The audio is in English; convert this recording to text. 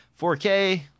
4K